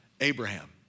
Abraham